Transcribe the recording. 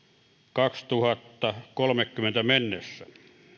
kaksituhattakolmekymmentä mennessä